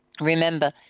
Remember